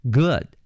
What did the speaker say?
good